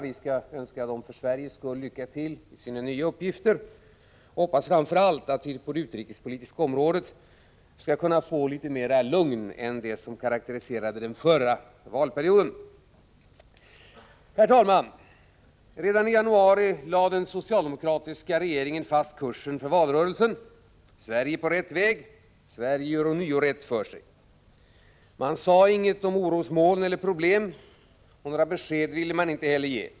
Vi skall för Sveriges skull önska dem lycka till i deras nya uppgifter. Framför allt hoppas jag att vi på det utrikespolitiska området skall kunna få litet mera av lugn än vad som varit fallet under den förra valperioden. Herr talman! Redan i januari lade den socialdemokratiska regeringen fast kursen för valrörelsen: Sverige är på rätt väg — Sverige gör ånyo rätt för sig. Man sade ingenting om orosmoln eller problem. Och några besked ville man inte heller ge.